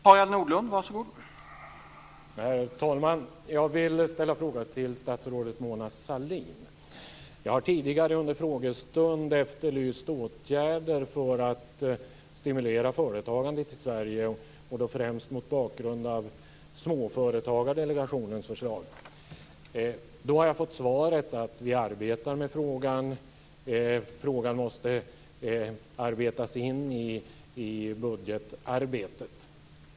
Herr talman! Jag vill ställa en fråga till statsrådet Jag har tidigare under en frågestund efterlyst åtgärder för att stimulera företagandet i Sverige, främst mot bakgrund av Småföretagsdelegationens förslag. Då har jag fått svaret att man arbetar med frågan och att frågan måste arbetas in i budgetarbetet.